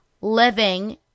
living